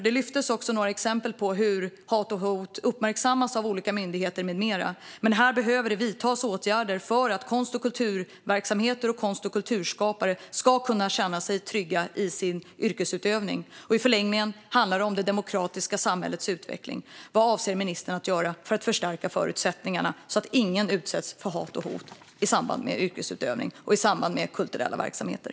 Det lyftes upp några exempel på hur hat och hot uppmärksammas av olika myndigheter. Här behöver åtgärder vidtas för att konst och kulturverksamheter ska kunna bedrivas samt konst och kulturskapare ska känna sig trygga i sin yrkesutövning. I förlängningen handlar det om det demokratiska samhällets utveckling. Vad avser ministern att göra för att förstärka förutsättningarna så att ingen utsätts för hat och hot i samband med yrkesutövning och i samband med att man bedriver kulturella verksamheter?